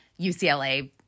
UCLA